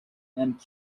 and